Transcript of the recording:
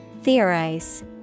Theorize